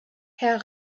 herr